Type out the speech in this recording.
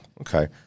Okay